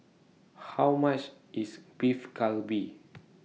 How much IS Beef Galbi